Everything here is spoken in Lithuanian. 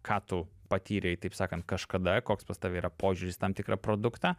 ką tu patyrei taip sakant kažkada koks pas tave yra požiūris į tam tikrą produktą